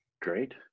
great